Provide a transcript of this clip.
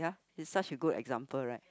he such with good example right